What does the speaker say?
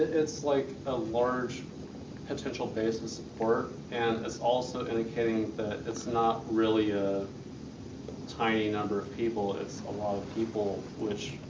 it's like, a large potential base of support, and it's also indicating that it's not really a tiny number of people it's a lot of people which,